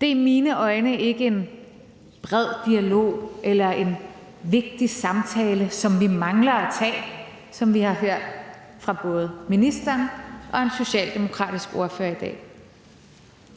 Det er i mine øjne ikke en bred dialog eller en vigtig samtale, som vi mangler at tage, som vi har hørt fra både ministeren og en socialdemokratisk ordfører i dag.